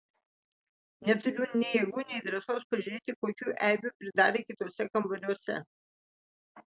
neturiu nei jėgų nei drąsos pažiūrėti kokių eibių pridarė kituose kambariuose